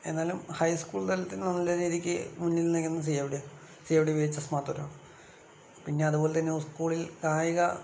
എന്നാലും ഹൈസ്കൂൾ തലത്തിൽ നമ്മളുടെ രീതിക്ക് മുന്നിൽ നിൽക്കുന്നത് സിഎംഡിയാ സിഎംഡി വിഎച്ച്എസ് മാത്തൂറാണ് പിന്നെ അതുപോലെ തന്നെ സ്കൂളിൽ കായിക